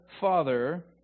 Father